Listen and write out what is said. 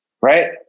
Right